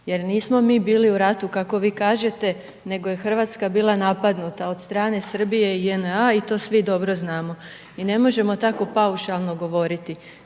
jer nismo mi bili u ratu kako vi kažete, nego je Hrvatska bila napadnuta od strane Srbije i JNA i to svi dobro znamo i ne možemo tako paušalno govoriti.